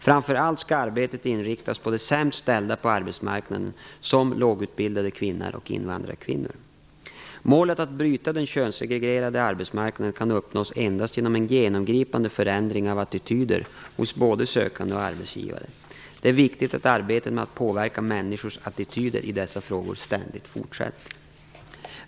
Framför allt skall arbetet inriktas på de sämst ställda på arbetsmarknaden såsom lågutbildade kvinnor och invandrarkvinnor. Målet att bryta den könssegregerade arbetsmarknaden kan uppnås endast genom en genomgripande förändring av attityder hos både sökande och arbetsgivare. Det är viktigt att arbetet med att påverka människors attityder i dessa frågor ständigt fortsätter.